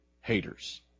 haters